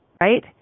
right